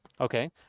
Okay